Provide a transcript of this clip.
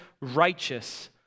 righteous